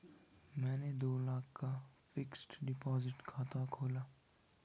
मैंने दो लाख का फ़िक्स्ड डिपॉज़िट खाता खोला